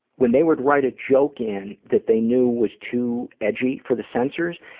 when they would write a joke in that they knew was too edgy for the censors,